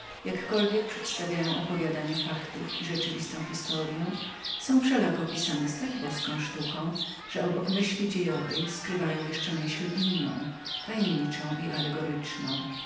jakkolwiek przedstawiają opowiadanie faktów i rzeczywistą historyę były wszelako pisane z tak boską sztuką że obok myśli dziejowej ukrywały jeszcze drugą tajemniczą i allegoryczną